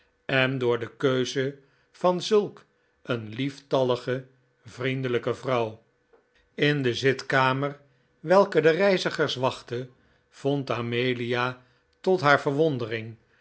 en door de keuze van zulk een lieftallige vriendelijke vrouw in de zitkamer welke de reizlgers wachtte vond amelia tot haar verwondering